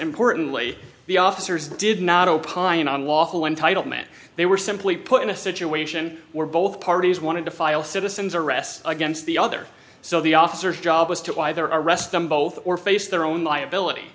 importantly the officers did not opine on lawful entitlement they were simply put in a situation where both parties wanted to file citizen's arrest against the other so the officer's job was to y their arrest them both or face their own liability